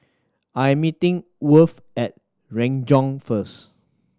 I am meeting Worth at Renjong first